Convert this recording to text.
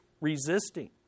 resisting